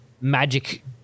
Magic